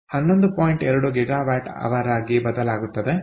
2 GWH ಆಗಿ ಬದಲಾಗುತ್ತದೆ